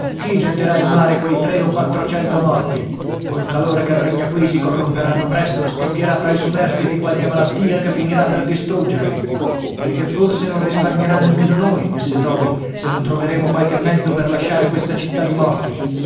chi getterà in mare quei tre o quattrocento morti col calore che regna qui si corromperanno presto e scoppierà fra i superstiti qualche malattia che finirà per distruggerli e che forse non risparmierà nemmeno noi disse toby se non troveremo qualche mezzo per lasciare questa città di morti